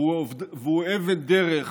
והוא אבן דרך